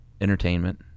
entertainment